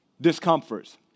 discomforts